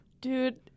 dude